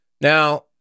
Now